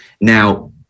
Now